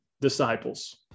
disciples